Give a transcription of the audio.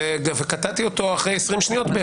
וקטעתי אותו אחרי 20 שניות.